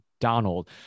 Donald